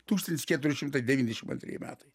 tūkstantis keturi šimtai devyniasdešim antrieji metai